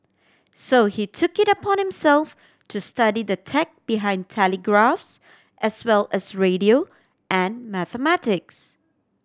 so he took it upon himself to study the tech behind telegraphs as well as radio and mathematics